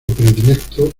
predilecto